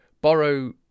borrow